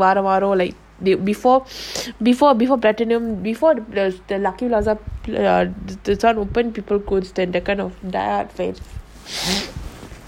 like basically like வாரம்வாரம்:varam varam they before before before platinum before the the the lucky plaza open then people close that kind of face